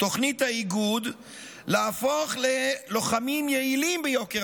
תוכנית האיגוד להפוך ללוחמים יעילים ביוקר